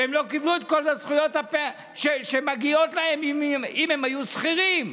ולא קיבלו את כל הזכויות שהיו מגיעות להם אם הם היו שכירים.